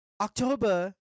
October